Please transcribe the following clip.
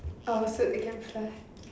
uh so enough right